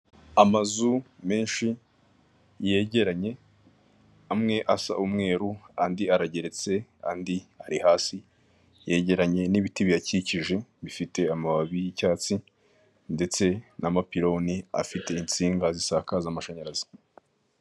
Amazu menshi yegeranye amwe asa umweru andi arageretse, andi ari hasi yegeranye n'ibiti bihakikije bifite amababi y'icyatsi ndetse n'amapironi afite insinga zisakaza amashanyarazi.